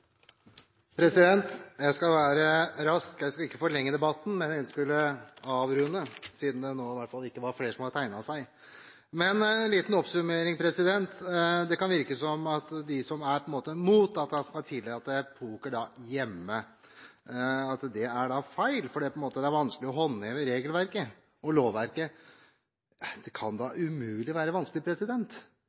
Jeg skal være rask og ikke forlenge debatten, men jeg ønsker å avrunde den – siden det i hvert fall nå ikke er flere som har tegnet seg. En liten oppsummering: Det kan virke som om de som er mot at man skal tillate poker hjemme, mener at det er feil fordi det er vanskelig å håndheve regelverket og lovverket. Det kan da umulig være vanskelig.